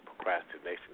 Procrastination